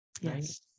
Yes